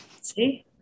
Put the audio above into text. see